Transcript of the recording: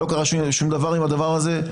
לא קרה שום דבר עם הדבר הזה.